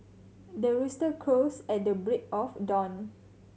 the rooster crows at the break of dawn